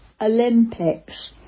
Olympics